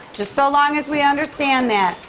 just so long as we understand that.